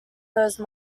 these